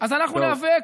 אז אנחנו ניאבק.